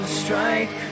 strike